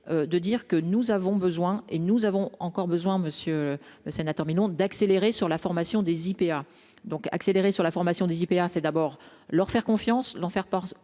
de dire que nous avons besoin et nous avons encore besoin, monsieur le sénateur millons d'accélérer sur la formation des IPA donc accélérer sur la formation des IPA c'est d'abord leur faire confiance, l'enfer par